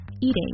eating